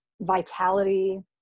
vitality